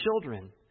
children